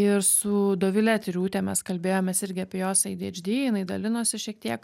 ir su dovile tiriūte mes kalbėjomės irgi apie jos adhd jinai dalinosi šiek tiek